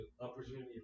opportunity